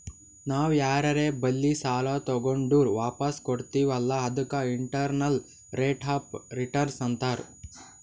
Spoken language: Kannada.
ನಾವ್ ಯಾರರೆ ಬಲ್ಲಿ ಸಾಲಾ ತಗೊಂಡುರ್ ವಾಪಸ್ ಕೊಡ್ತಿವ್ ಅಲ್ಲಾ ಅದಕ್ಕ ಇಂಟರ್ನಲ್ ರೇಟ್ ಆಫ್ ರಿಟರ್ನ್ ಅಂತಾರ್